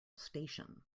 station